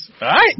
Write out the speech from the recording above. right